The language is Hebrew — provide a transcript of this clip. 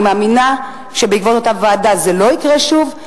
אני מאמינה שבעקבות אותה ועדה זה לא יקרה שוב,